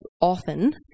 often